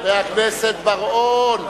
חבר הכנסת בר-און,